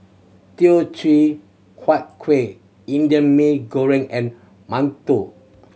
Teochew Huat Kueh Indian Mee Goreng and mantou